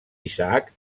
isaac